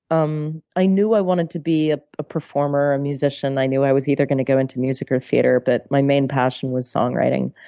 um i knew i wanted to be ah a performer, a musician. i knew i was either gonna go into music or theatre, but my main passion was songwriting.